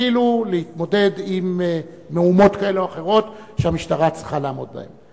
התרגיל הוא להתמודד עם מהומות כאלה או אחרות שהמשטרה צריכה לעמוד בהן.